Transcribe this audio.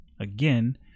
Again